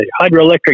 hydroelectric